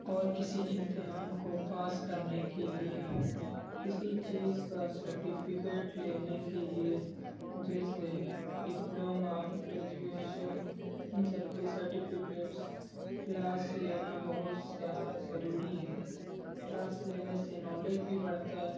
اور کسی امتحان کو پاس کرنے کے لیے کسی چیز کا سرٹیفکٹ لینے کے لیے جیسے ڈپلوما گریجویشن ان سب کی سرٹیفکیٹس کلاس لینا بہت زیادہ ضروری ہے کلاس لینے سے نالج بھی بڑھتا ہے